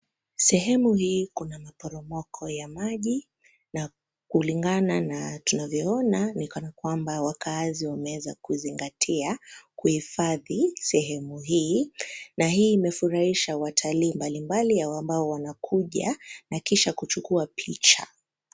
Sehemu hii kuna maporomoko ya maji, na kulingana na tunavyoona ni kana kwamba wakaazi wameweza kuzingatia kuhifadhi sehemu hii na hii imefurahisha watalii mbalimbali ambao wanakuja na kisha kuchukua picha.